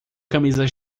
camisa